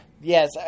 yes